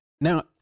Now